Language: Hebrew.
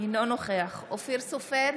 אינו נוכח אופיר סופר,